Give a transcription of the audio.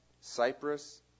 Cyprus